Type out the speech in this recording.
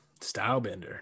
Stylebender